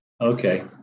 Okay